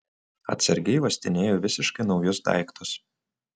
atsargiai uostinėju visiškai naujus daiktus